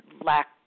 lack